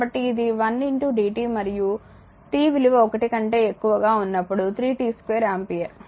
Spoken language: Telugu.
కాబట్టి ఇది 1 dt మరియు t విలువ ఒకటి కంటే ఎక్కువగా ఉన్నప్పుడు 3t2 ఆంపియర్